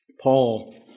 Paul